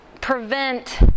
prevent